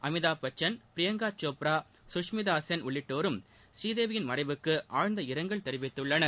அமித்தாப் பச்சன் பிரியங்கா சோப்ரா சுஷ்மிதா சென் உள்ளிட்டோரும் புநீதேவியின் மறைவுக்கு ஆழ்ந்த இரங்கல் தெரிவித்துள்ளனர்